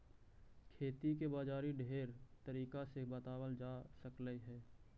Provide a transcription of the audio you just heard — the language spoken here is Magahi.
खेती के बाजारी ढेर तरीका से बताबल जा सकलाई हे